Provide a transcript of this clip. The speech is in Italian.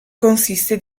consiste